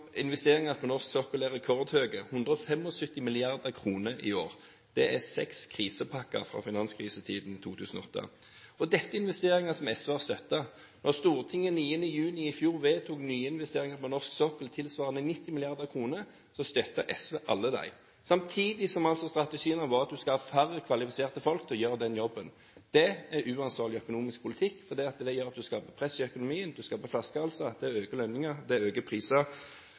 på norsk sokkel er rekordhøye – 175 mrd. kr i år. Det er seks krisepakker fra finanskrisetiden 2008. Dette er investeringer som SV har støttet. Da Stortinget 9. juni i fjor vedtok nyinvesteringer på norsk sokkel tilsvarende 90 mrd. kr, støttet SV dem alle – samtidig som strategien var at du skal ha færre kvalifiserte folk til å gjøre den jobben. Det er uansvarlig økonomisk politikk, for det gjør at du skaper press i økonomien, du skaper flaskehalser, det er å øke lønninger, det er å øke priser.